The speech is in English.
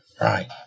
Right